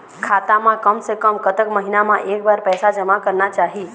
खाता मा कम से कम कतक महीना मा एक बार पैसा जमा करना चाही?